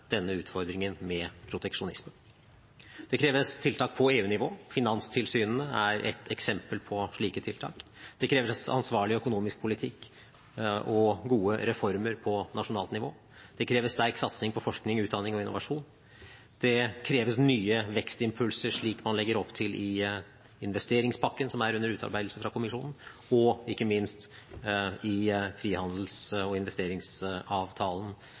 denne utfordringen med proteksjonisme. Det kreves tiltak på EU-nivå. Finanstilsynene er et eksempel på slike tiltak. Det kreves ansvarlig økonomisk politikk og gode reformer på nasjonalt nivå. Det kreves sterk satsing på forskning, utdanning og innovasjon. Det kreves nye vekstimpulser, slik man legger opp til i investeringspakken som er under utarbeidelse av kommisjonen, og ikke minst i den samarbeidsavtalen – frihandels- og investeringsavtalen